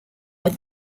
are